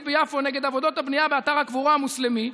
ביפו נגד עבודות הבנייה באתר הקבורה המוסלמי,